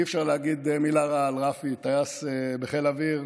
אי-אפשר להגיד מילה רעה על רפי, טייס בחיל אוויר,